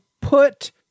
put